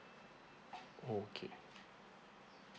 okay